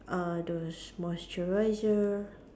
uh those moisturiser